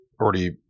already